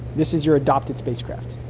this is your adopted spacecraft,